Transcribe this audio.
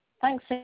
Thanks